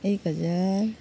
एक हजार